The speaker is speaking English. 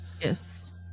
Yes